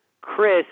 Chris